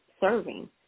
serving